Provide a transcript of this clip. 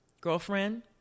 girlfriend